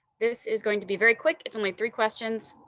this is going to be very quick, it's only three questions.